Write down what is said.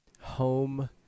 home –